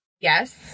Yes